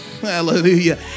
hallelujah